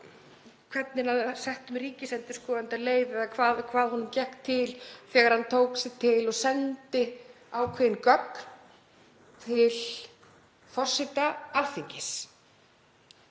hvernig settum ríkisendurskoðanda leið eða hvað honum gekk til þegar hann tók sig til og sendi ákveðin gögn til forseta Alþingis.